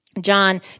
John